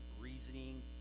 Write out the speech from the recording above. reasoning